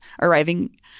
arriving